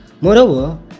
Moreover